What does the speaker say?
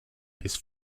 his